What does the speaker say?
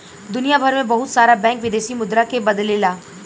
दुनियभर में बहुत सारा बैंक विदेशी मुद्रा के बदलेला